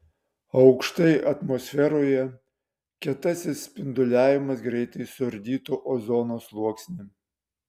aukštai atmosferoje kietasis spinduliavimas greitai suardytų ozono sluoksnį